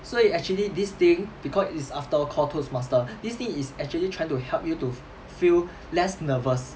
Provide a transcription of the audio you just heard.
so you actually this thing because it's after all called toastmaster this thing is actually trying to help you to feel less nervous